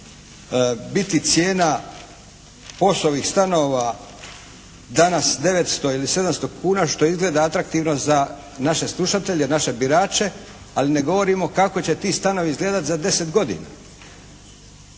biti cijena POS-ovih stanova danas 900 ili 700 kuna što izgleda atraktivno za naše slušatelje, naše birače, ali ne govorimo kako će ti stanovi izgledati za 10 godina.